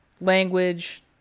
language